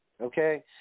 Okay